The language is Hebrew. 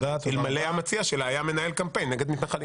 אלמלא המציע שלה היה מנהל קמפיין נגד מתנחלים.